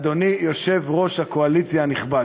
אדוני יושב-ראש הקואליציה הנכבד,